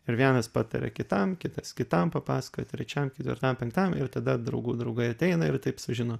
ir vienas pataria kitam kitas kitam papasakoja trečiam ketvirtam penktam ir tada draugų draugai ateina ir taip sužino